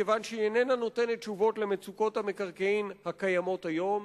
מכיוון שהיא איננה נותנת תשובות למצוקות המקרקעין הקיימות היום.